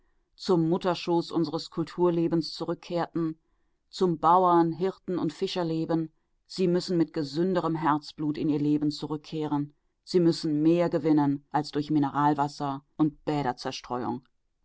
zum mutterschoß unseres kulturlebens zurückkehrten zum bauern hirten und fischerleben sie müssen mit gesünderem herzblut in ihr leben zurückkehren sie müssen mehr gewinnen als durch mineralwasser und bäderzerstreuung